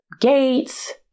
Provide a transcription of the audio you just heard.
Gates